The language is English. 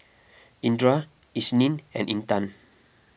Indra Isnin and Intan